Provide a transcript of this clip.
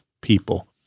people